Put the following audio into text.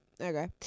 Okay